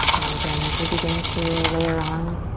and again, as we begin to layer on,